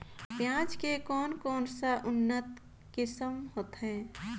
पियाज के कोन कोन सा उन्नत किसम होथे?